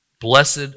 Blessed